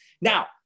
Now